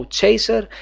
Chaser